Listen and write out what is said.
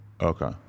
Okay